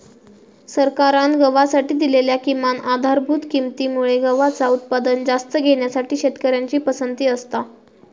सरकारान गव्हासाठी दिलेल्या किमान आधारभूत किंमती मुळे गव्हाचा उत्पादन जास्त घेण्यासाठी शेतकऱ्यांची पसंती असता